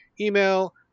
email